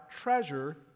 treasure